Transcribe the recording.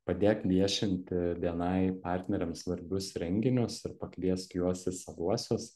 padėk viešinti bni partneriams svarbius renginius ir pakviesk juos į savuosius